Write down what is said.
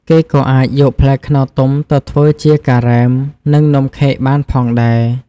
គេក៏អាចយកផ្លែខ្នុរទុំទៅធ្វើជា ការ៉េម និង នំខេក បានផងដែរ។